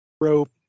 rope